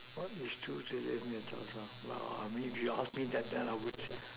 what is true true to left me the child child well I mean if you ask me that I guess I have to